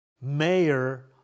Mayor